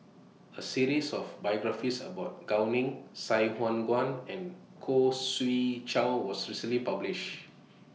A series of biographies about Gao Ning Sai Hua Kuan and Khoo Swee Chiow was recently published